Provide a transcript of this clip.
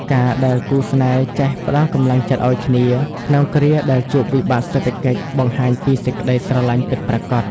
ការដែលគូស្នេហ៍ចេះ "ផ្ដល់កម្លាំងចិត្តឱ្យគ្នា" ក្នុងគ្រាដែលជួបវិបត្តិសេដ្ឋកិច្ច បង្ហាញពីសេចក្ដីស្រឡាញ់ពិតប្រាកដ។